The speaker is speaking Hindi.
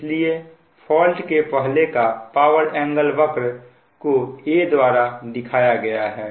इसलिए फॉल्ट के पहले का पावर एंगल वक्र को A द्वारा दिया गया है